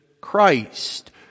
Christ